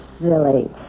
silly